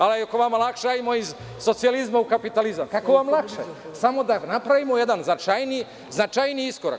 Ako je vama lakše, hajmo iz socijalizma u kapitalizam, kako vam lakše, samo da napravimo jedan značajniji iskorak.